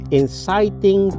inciting